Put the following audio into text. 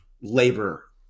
labor